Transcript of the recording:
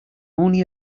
only